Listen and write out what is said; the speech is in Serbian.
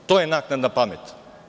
To je naknadna pamet.